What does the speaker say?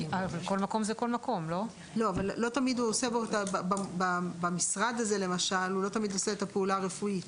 עוזר רופא מבצע בו פעולה רפואית"